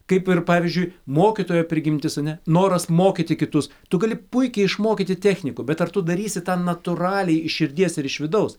kaip ir pavyzdžiui mokytojo prigimtis ane noras mokyti kitus tu gali puikiai išmokyti technikų bet ar tu darysi tą natūraliai iš širdies ir iš vidaus